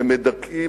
הם מדכאים,